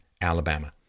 Alabama